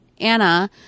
Anna